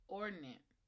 ordinate